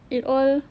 it all